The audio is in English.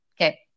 Okay